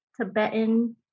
Tibetan